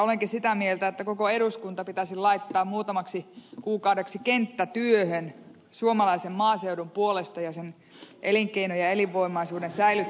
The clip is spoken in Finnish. olenkin sitä mieltä että koko eduskunta pitäisi laittaa muutamaksi kuukaudeksi kenttätyöhön suomalaisen maaseudun puolesta ja sen elinkeinojen ja elinvoimaisuuden säilyttämisen puolesta